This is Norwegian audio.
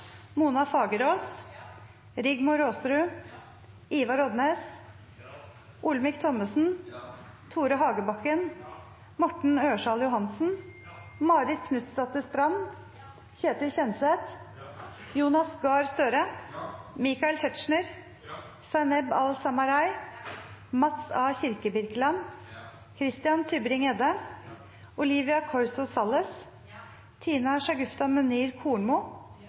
Mona Fagerås, Rigmor Aasrud, Ivar Odnes, Olemic Thommessen, Tore Hagebakken, Morten Ørsal Johansen, Marit Knutsdatter Strand, Ketil Kjenseth, Jonas Gahr Støre, Michael Tetzschner, Zaineb Al-Samarai, Mats A. Kirkebirkeland, Christian Tybring-Gjedde, Olivia Corso Salles, Tina Shagufta Munir Kornmo,